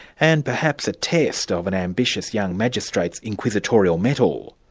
and perhaps a test of an ambitious young magistrate's inquisitorial mettle.